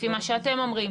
לפי מה שאתם אומרים,